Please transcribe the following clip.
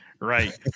Right